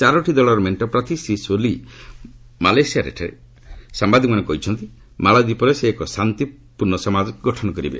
ଚାରୋଟି ଦଳର ମେଣ୍ଟ ପ୍ରାର୍ଥୀ ଶ୍ରୀ ସୋଲିହ ମାଲେଠାରେ ସାମ୍ବାଦିକମାନଙ୍କୁ କହିଛନ୍ତି ମାଳଦ୍ୱୀପରେ ସେ ଏକ ଶାନ୍ତି ପୂର୍ଣ୍ଣ ସମାଜ ଗଠନ କରିବେ